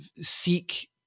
seek